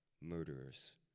murderers